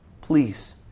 please